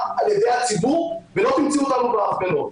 על ידי הציבור ולא תמצאו אותנו בהפגנות.